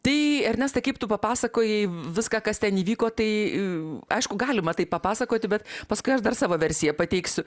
tai ernestai kaip tu papasakojai viską kas ten įvyko tai aišku galima taip papasakoti bet paskui aš dar savo versiją pateiksiu